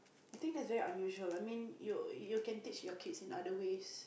I think that's very unusual I mean you you can teach your kids in other ways